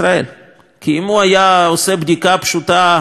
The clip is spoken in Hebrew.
כי אם הוא היה עושה בדיקה פשוטה בגוגל,